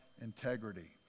integrity